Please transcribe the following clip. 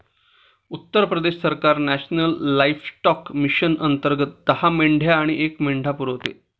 उत्तर प्रदेश सरकार national livestock mission अंतर्गत दहा मेंढ्या आणि एक मेंढा पुरवते